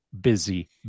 busy